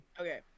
Okay